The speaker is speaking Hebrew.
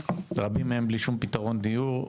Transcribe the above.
רבים מהם בלי שום פתרון דיור,